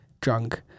drunk